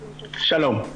שלום.